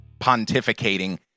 pontificating